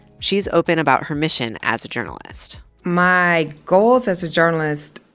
she's open about her mission as a journalist. my goals as a journalist